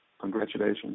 congratulations